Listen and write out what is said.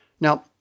Now